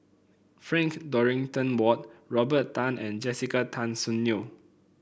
Frank Dorrington Ward Robert Tan and Jessica Tan Soon Neo